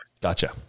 Gotcha